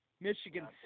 Michigan